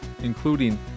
including